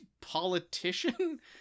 politician